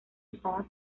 usadas